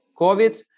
COVID